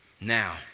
Now